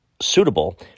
suitable